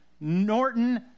Norton